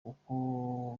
uko